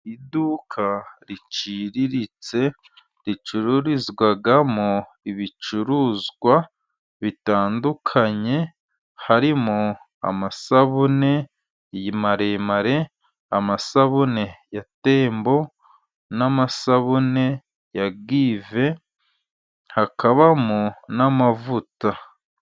Iduka riciririritse ricururizwamo ibicuruzwa bitandukanye harimo amasabune maremare , amasabune ya tembo, n'amasabune ya give , hakabamo n'amavuta.